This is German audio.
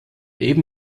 eben